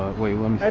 we at,